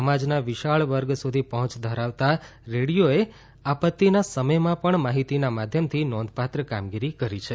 સમાજના વિશાળ વર્ગ સુધી પહોંચ ધરાવતા રેડીયોએ આપત્તિના સમયમાં પણ માહિતીના માધ્યમથી નોધપાત્ર કામગીરી કરી છે